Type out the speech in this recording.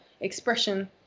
expression